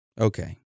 Okay